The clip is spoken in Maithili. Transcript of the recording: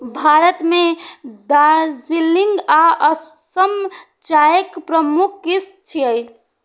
भारत मे दार्जिलिंग आ असम चायक प्रमुख किस्म छियै